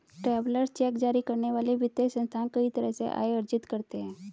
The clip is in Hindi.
ट्रैवेलर्स चेक जारी करने वाले वित्तीय संस्थान कई तरह से आय अर्जित करते हैं